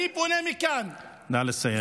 אני פונה מכאן, נא לסיים.